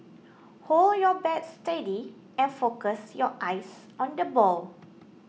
hold your bat steady and focus your eyes on the ball